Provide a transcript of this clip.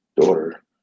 daughter